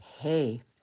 Hey